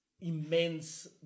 immense